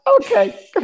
Okay